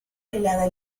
velada